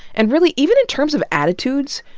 and really, even in terms of attitudes,